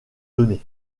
données